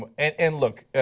um and and look,